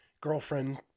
girlfriend